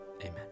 Amen